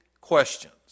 questions